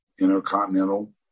intercontinental